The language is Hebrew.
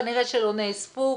כנראה שלא נאספו.